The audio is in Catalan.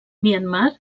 myanmar